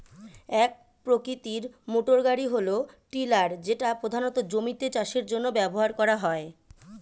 এক প্রকৃতির মোটরগাড়ি হল টিলার যেটা প্রধানত জমিতে চাষের জন্য ব্যবহার করা হয়